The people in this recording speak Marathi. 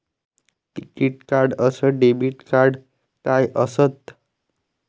टिकीत कार्ड अस डेबिट कार्ड काय असत?